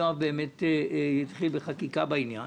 יואב קיש באמת התחיל חקיקה בעניין